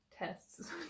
Tests